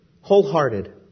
wholehearted